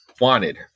wanted